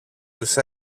τους